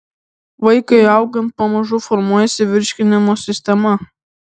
vaikui augant pamažu formuojasi virškinimo sistema